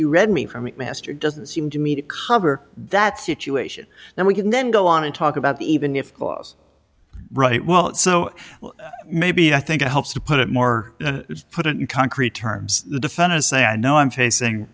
you read me from mr doesn't seem to me to cover that situation and we can then go on and talk about the even if right well so maybe i think it helps to put it more put it in concrete terms the defendant say i know i'm chasing